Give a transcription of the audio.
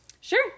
Sure